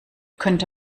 könnte